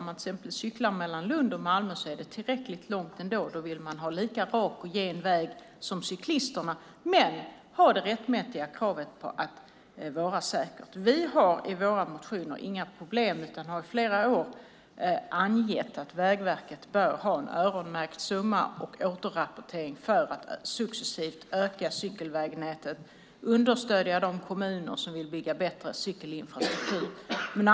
Om man cyklar exempelvis mellan Lund och Malmö är det tillräckligt långt ändå. Då vill man ha en lika rak och gen väg som bilisterna men med det rättmätiga kravet på säkerhet. Vi har i våra motioner inga problem utan har i flera år angett att Vägverket bör ha en öronmärkt summa, och återrapportering, för att successivt öka cykelvägnätet och understödja de kommuner som vill bygga en bättre cykelinfrastruktur.